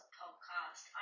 podcast